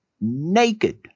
naked